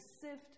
sift